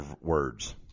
words